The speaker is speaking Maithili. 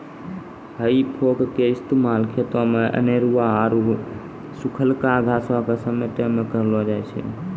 हेइ फोक के इस्तेमाल खेतो मे अनेरुआ आरु सुखलका घासो के समेटै मे करलो जाय छै